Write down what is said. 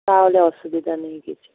তাহলে অসুবিধা নেই কিছু